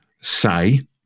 say